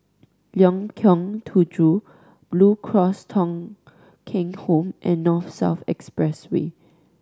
Lengkong Tujuh Blue Cross Thong Kheng Home and North South Expressway